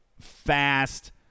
fast